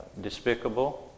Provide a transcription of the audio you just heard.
despicable